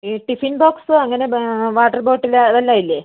ഈ tiffin box അങ്ങനെ water bottle അത് എല്ലാം ഇല്ലേ